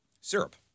Syrup